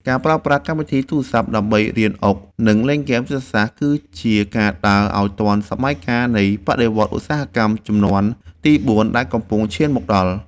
ការប្រើប្រាស់កម្មវិធីទូរស័ព្ទដើម្បីរៀនអុកនិងហ្គេមយុទ្ធសាស្ត្រគឺជាការដើរឱ្យទាន់សម័យកាលនៃបដិវត្តន៍ឧស្សាហកម្មជំនាន់ទីបួនដែលកំពុងឈានមកដល់។